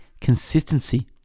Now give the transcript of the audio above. consistency